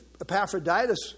Epaphroditus